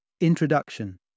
Introduction